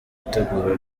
gutegura